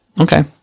Okay